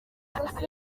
the